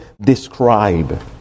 describe